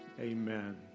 Amen